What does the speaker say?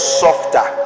softer